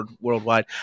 worldwide